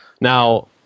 Now